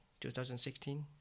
2016